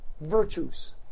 virtues